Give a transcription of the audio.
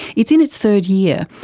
it's in its third year,